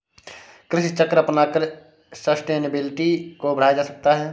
कृषि चक्र अपनाकर सस्टेनेबिलिटी को बढ़ाया जा सकता है